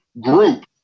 group